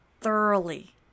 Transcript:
thoroughly